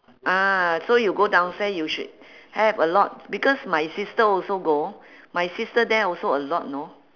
ah so you go downstair you should have a lot because my sister also go my sister there also a lot know